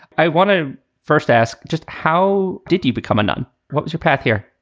i want to first ask just how did you become a nun? what was your path here?